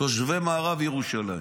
תושבי מערב ירושלים.